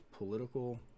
political